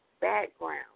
background